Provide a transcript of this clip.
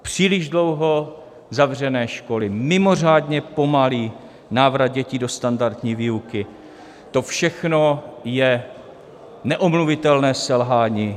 Příliš dlouho zavřené školy, mimořádně pomalý návrat dětí do standardní výuky, to všechno je neomluvitelné selhání.